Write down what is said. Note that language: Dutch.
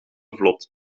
vlot